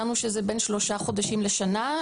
ומצאנו שזה בין שלושה חודשים לשנה.